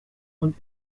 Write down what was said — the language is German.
und